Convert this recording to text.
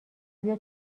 بیا